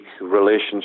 relationship